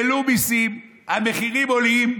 העלו מיסים, המחירים עולים.